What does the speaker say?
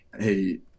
hey